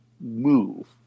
move